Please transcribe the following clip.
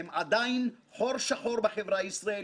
הם עדיין "חור שחור" בחברה הישראלית: